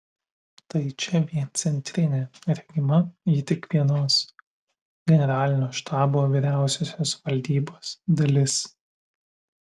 tai čia vien centrinė regima ji tik vienos generalinio štabo vyriausiosios valdybos dalis